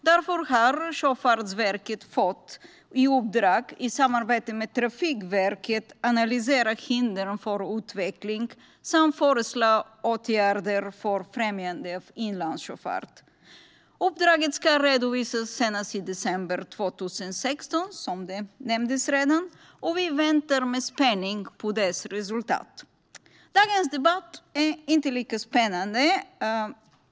Därför har Sjöfartsverket fått i uppdrag att i samarbete med Trafikverket analysera hindren för utveckling och föreslå åtgärder för främjande av inlandssjöfart. Som redan nämnts ska uppdraget redovisas senast i december 2016. Vi väntar med spänning på resultatet. Dagens debatt är inte lika spännande.